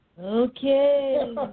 Okay